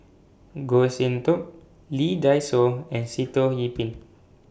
Goh Sin Tub Lee Dai Soh and Sitoh Yih Pin